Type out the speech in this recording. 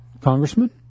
Congressman